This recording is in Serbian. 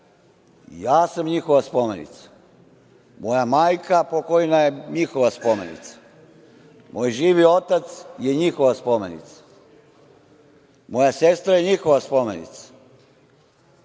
Ja sam njihova spomenica, moja majka pokojna je njihova spomenica, moj živi otac je njihova spomenica, moja sestra je njihova spomenica.